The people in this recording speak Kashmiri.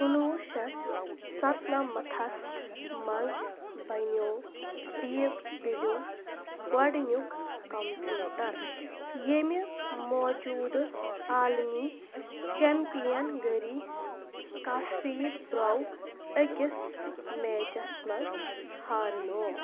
کُنہٕ وُہ شَتھ سَتنَمتھَس منٛزبنیوٚو ڈیٖپ بلیوٗ گۄڈٕنیُک کمپیوٗٹر ییٚمہِ موجوٗدٕ عالمی چٮ۪مپِیَن گٔری کاسیٖپرٛو أکِس میچس منٛز ہارنو